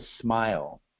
smile